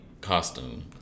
costume